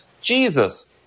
Jesus